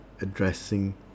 addressing